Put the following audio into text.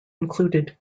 included